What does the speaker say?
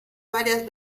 varias